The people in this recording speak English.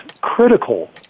critical